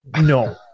No